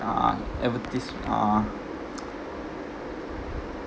ah advertis~ ah